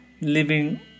living